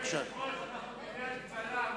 אדוני היושב-ראש,